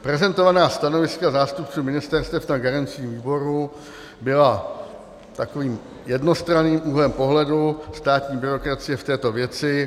Prezentovaná stanoviska zástupců ministerstev na garančním výboru byla takovým jednostranným úhlem pohledu státní byrokracie v této věci.